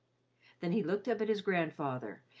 then he looked up at his grandfather,